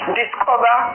discover